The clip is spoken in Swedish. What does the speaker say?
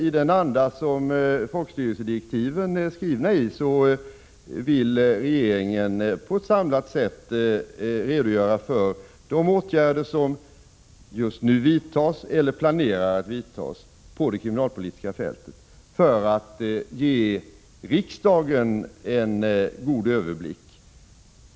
I den anda folkstyrelsekommitténs direktiv är skrivna vill regeringen i stället i den på ett samlat sätt redogöra för de åtgärder som just nu vidtas eller planeras bli vidtagna på det kriminalpolitiska fältet för att ge riksdagen en god överblick.